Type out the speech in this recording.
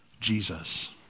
Jesus